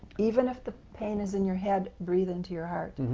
even if the pain is in your head, breathe into your heart.